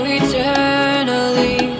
eternally